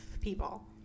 people